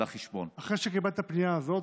אחרי שקיבלת את הפנייה הזאת,